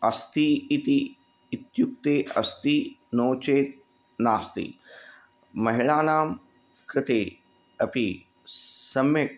अस्ति इति इत्युक्ते अस्ति नो चेत् नास्ति महिलानां कृते अपि सम्यक्